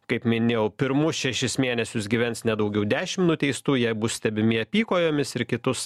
kaip minėjau pirmus šešis mėnesius gyvens ne daugiau dešim nuteistųjų jie bus stebimi apykojomis ir kitus